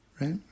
right